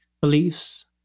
Beliefs